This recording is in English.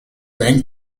bank